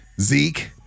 Zeke